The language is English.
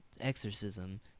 exorcism